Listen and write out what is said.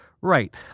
Right